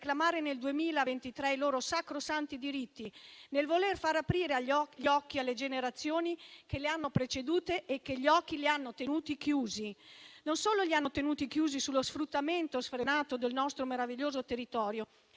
nel 2023, i loro sacrosanti diritti e nel voler far aprire gli occhi alle precedenti generazioni, che li hanno tenuti chiusi. Non solo li hanno tenuti chiusi sullo sfruttamento sfrenato del nostro meraviglioso territorio,